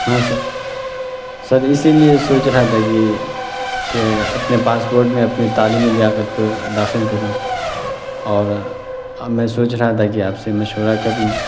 ہاں sir sir اسی لیے سوچ رہا تھا کہ کہ اپنے پاسپوٹ میں اپنی تعلیمی لیاقت کو داخل کروں اور میں سوچ رہا تھا کہ آپ سے مشورہ کر لوں